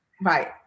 right